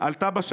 נפתלי בנט,